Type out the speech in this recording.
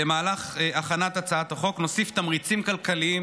במהלך הכנת הצעת החוק נוסיף תמריצים כלכליים